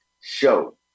show